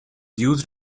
used